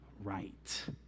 right